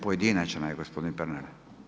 Pojedinačna je gospodine Pernar.